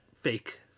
fake